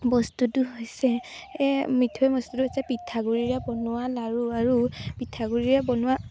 বস্তুটো হৈছে মিঠৈ বস্তুটো হৈছে পিঠাগুড়িৰে বনোৱা লাড়ু আৰু পিঠাগুড়িৰে বনোৱা